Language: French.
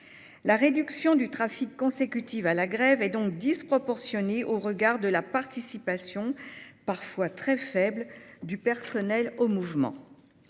La réduction du trafic qui résulte de la grève est donc disproportionnée au regard de la participation parfois très faible du personnel au mouvement.